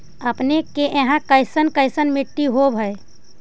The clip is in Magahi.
अपने के यहाँ कैसन कैसन मिट्टी होब है?